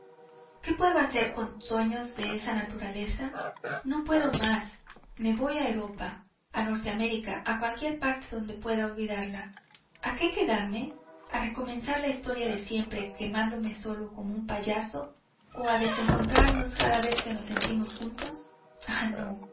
qué puedo hacer con sueños de esta naturaleza no puedo más me voy a europa a norte américa a cualquier parte donde pueda olvidarla a qué quedarme a recomenzar la historia de siempre quemándome solo como un payaso o a desencontrarnos cada vez que nos sentimos juntos ah no